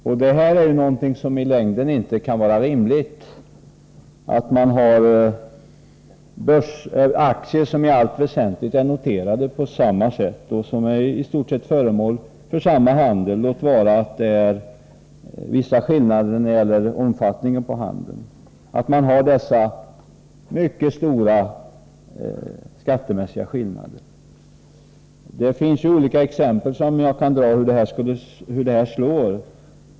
I längden kan det inte vara rimligt att ha så stora skattemässiga skillnader beträffande OTC-aktier, som dock i allt väsentligt är noterade på börsen på samma sätt och i stort sett föremål för samma behandling som vanliga aktier — låt vara att det finns vissa skillnader i fråga om handelns omfattning. Jag kan ge olika exempel på hur detta slår.